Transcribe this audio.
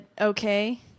okay